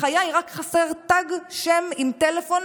בחיי, רק חסר תג שם וטלפון